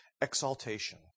exaltation